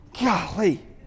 Golly